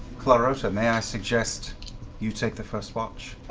clarota, may i suggest you take the first watch?